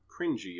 cringy